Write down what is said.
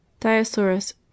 Diosaurus